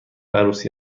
عروسی